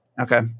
Okay